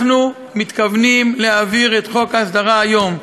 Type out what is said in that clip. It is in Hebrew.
אנחנו מתכוונים להעביר את חוק ההסדרה היום.